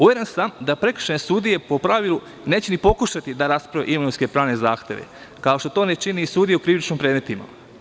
Uveren sam da prekršajne sudije po pravilu neće ni pokušati da rasprave imovinsko-pravne zahteve, kao što to ne čine ni sudije u krivičnim predmetima.